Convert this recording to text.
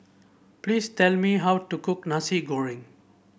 please tell me how to cook Nasi Goreng